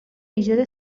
ایجاد